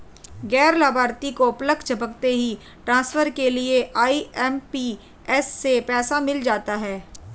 गैर लाभार्थी को पलक झपकते ही ट्रांसफर के लिए आई.एम.पी.एस से पैसा मिल जाता है